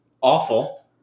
awful